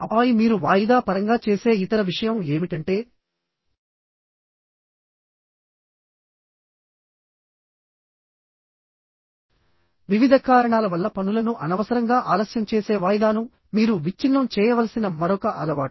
ఆపై మీరు వాయిదా పరంగా చేసే ఇతర విషయం ఏమిటంటే వివిధ కారణాల వల్ల పనులను అనవసరంగా ఆలస్యం చేసే వాయిదాను మీరు విచ్ఛిన్నం చేయవలసిన మరొక అలవాటు